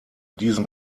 diesem